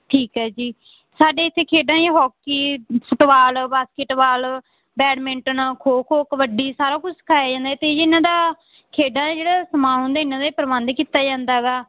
ਠੀਕ ਹੈ ਜੀ ਸਾਡੇ ਇੱਥੇ ਖੇਡਾਂ ਜੀ hockey football basketball badminton kho kho kabaddi ਸਾਰਾ ਕੁਛ ਸਿਖਾਇਆ ਜਾਂਦਾ ਅਤੇ ਜੀ ਇਹਨਾਂ ਦਾ ਖੇਡਾਂ ਦਾ ਜਿਹੜਾ ਸਮਾਨ ਹੁੰਦਾ ਇਹਨਾਂ ਦਾ ਵੀ ਪ੍ਰਬੰਧ ਕੀਤਾ ਜਾਂਦਾ ਗਾ